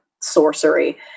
sorcery